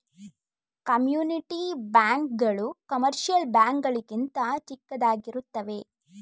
community bank ಗಳು commercial bank ಗಳಿಗಿಂತ ಚಿಕ್ಕದಾಗಿರುತ್ತವೆ